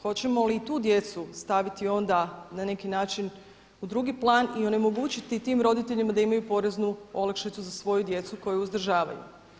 Hoćemo li i tu djecu staviti onda na neki način u drugi plan i onemogućiti tim roditeljima da imaju poreznu olakšicu za svoju djecu koju uzdržavaju.